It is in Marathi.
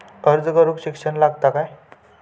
अर्ज करूक शिक्षण लागता काय?